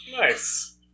Nice